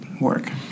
work